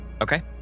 Okay